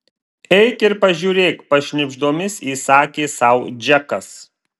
eik ir pažiūrėk pašnibždomis įsakė sau džekas